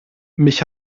mich